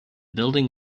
building